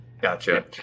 Gotcha